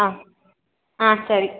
ಹಾಂ ಹಾಂ ಸರಿ